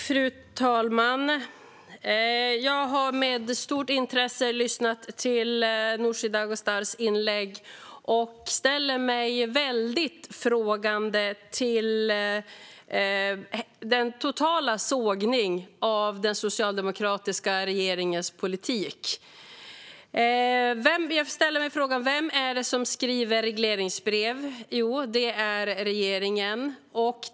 Fru talman! Jag har med stort intresse lyssnat till Nooshi Dadgostars inlägg och ställer mig väldigt frågande till den totala sågningen av den socialdemokratiska regeringens politik. Jag ställer mig frågan: Vem är det som skriver regleringsbrev? Jo, det är regeringen.